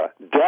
Death